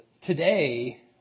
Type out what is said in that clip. today